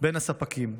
בין הספקים.